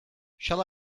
shall